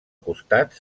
costat